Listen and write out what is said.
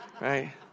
Right